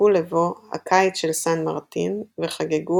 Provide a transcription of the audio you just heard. ציפו לבוא "הקיץ של סן מרטין" וחגגו